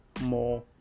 more